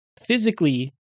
Physically